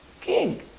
King